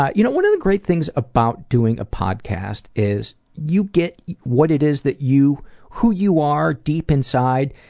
ah you know, one of the great things about doing a podcast is you get what it is that you who you are, deep inside,